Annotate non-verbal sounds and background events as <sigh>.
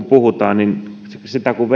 <unintelligible> puhutaan niin kun <unintelligible>